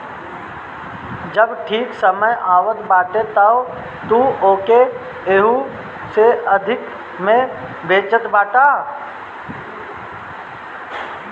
जब ठीक समय आवत बाटे तअ तू ओके एहू से अधिका में बेचत बाटअ